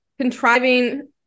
contriving